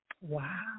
Wow